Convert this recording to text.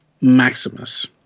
Maximus